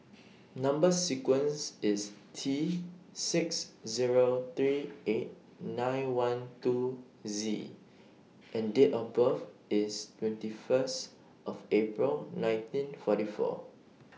Number sequence IS T six Zero three eight nine one two Z and Date of birth IS twenty First of April nineteen forty four